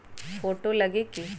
Photo लगी कि?